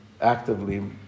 actively